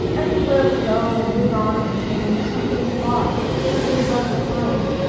everywhere we go and move on and change, something's lost something's left behind.